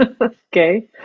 Okay